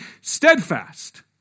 steadfast